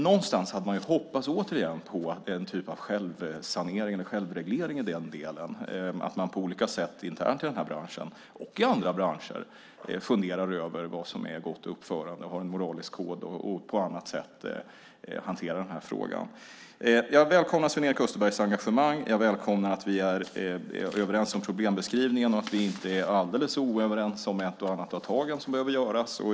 Man hade hoppats på en självsanering eller självreglering, att man på olika sätt internt i den här branschen, och i andra branscher, funderar över vad som är gott uppförande, har en moralisk kod och på annat sätt hanterar frågan. Jag välkomnar Sven-Erik Österbergs engagemang. Jag välkomnar att vi är överens om problembeskrivningen och att vi inte är alldeles oöverens om ett och annat av de tag som behöver tas.